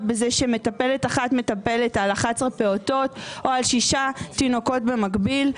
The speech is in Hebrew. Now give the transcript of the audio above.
בזה שמטפלת אחת מטפלת על 11 פעוטות או על שישה תינוקות במקביל.